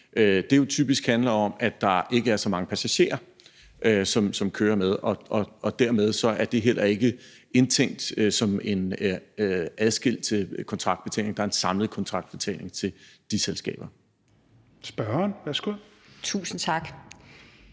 ting, typisk handler om, at der ikke er så mange passagerer, som kører med. Dermed er det heller ikke indtænkt som en adskilt kontraktbetaling; der er en samlet kontraktbetaling til de selskaber. Kl. 13:52 Tredje næstformand